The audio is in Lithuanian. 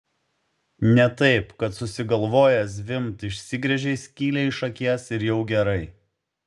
ne taip kad susigalvojęs zvimbt išsigręžei skylę iš akies ir jau gerai